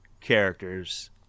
characters